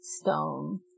Stone